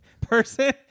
person